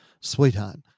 sweetheart